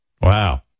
Wow